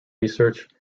research